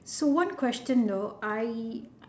so one question though I